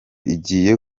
igiye